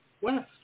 West